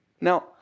Now